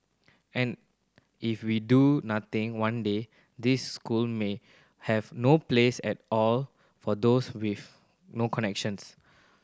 and if we do nothing one day these school may have no place at all for those with no connections